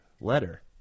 letter